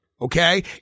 okay